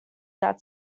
that